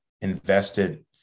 invested